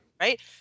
right